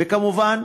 וכמובן,